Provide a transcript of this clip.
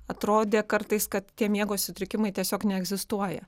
atrodė kartais kad tie miego sutrikimai tiesiog neegzistuoja